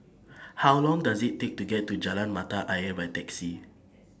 How Long Does IT Take to get to Jalan Mata Ayer By Taxi